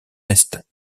est